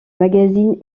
magazine